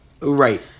right